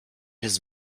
his